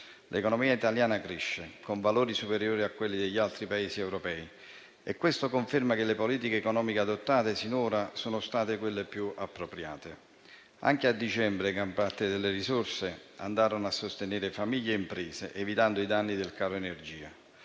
L'economia italiana cresce con valori superiori a quelli degli altri Paesi europei e questo conferma che le politiche economiche adottate sinora sono state quelle più appropriate. Anche a dicembre, gran parte delle risorse è andata a sostenere famiglie e imprese, evitando i danni del caro energia.